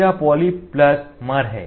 यह poly plus मर है